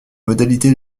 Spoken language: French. modalités